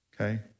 Okay